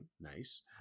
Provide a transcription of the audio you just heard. nice